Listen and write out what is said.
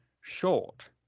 short